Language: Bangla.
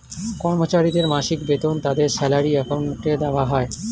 কর্মচারীদের মাসিক বেতন তাদের স্যালারি অ্যাকাউন্টে দেওয়া হয়